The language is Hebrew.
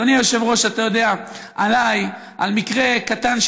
אדוני היושב-ראש אתה יודע עליי על מקרה קטן,